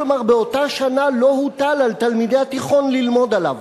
כלומר באותה שנה לא הוטל על תלמידי התיכון ללמוד עליו.